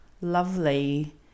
lovely